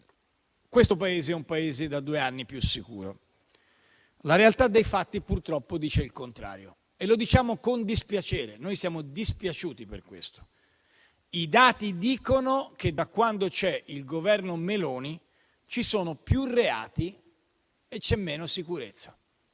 questo è un Paese da due anni più sicuro. La realtà dei fatti, purtroppo, dice il contrario e lo diciamo con dispiacere. I dati dicono che, da quando c'è il Governo Meloni, ci sono più reati e c'è meno sicurezza.